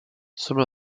some